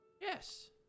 Yes